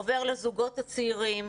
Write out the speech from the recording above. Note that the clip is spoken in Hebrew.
עובר לזוגות הצעירים,